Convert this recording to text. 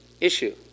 issue